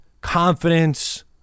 confidence